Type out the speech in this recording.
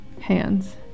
Hands